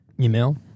Email